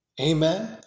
Amen